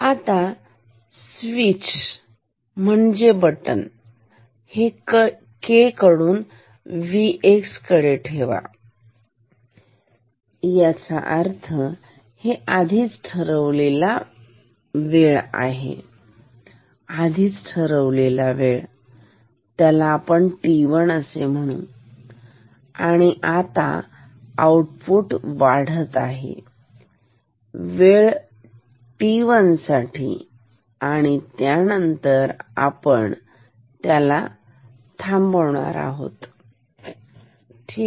आता स्वीच म्हणजे बटन हे K कडून Vx कडे ठेवा याचा अर्थ हे आधीच ठरवलेला वेळ आहे आधीच ठरवलेला वेळ त्याला आपण t1 असे म्हणून तर आता आऊटपुट वाढत आहे वेळ t1 साठी आणि त्यानंतर आपण त्याला थांबवणार आहोत ठीक